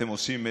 שאתם עושים את,